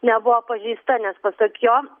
nebuvo pažeista nes pasak jo